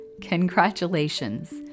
Congratulations